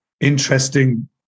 interesting